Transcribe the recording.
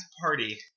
party